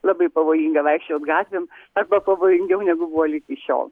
labai pavojinga vaikščiot gatvėm arba pavojingiau negu buvo ligi šiol